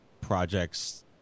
projects